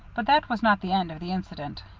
but that was not the end of the incident.